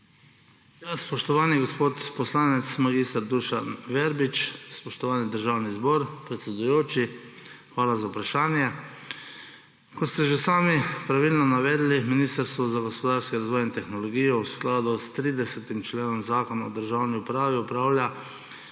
Spoštovani gospod poslanec mag. Dušan Verbič, spoštovani državni zbor, predsedujoči! Hvala za vprašanje. Kot ste že sami pravilno navedli, Ministrstvo za gospodarski razvoj in tehnologijo v skladu s 30. členom Zakona o državni upravi opravlja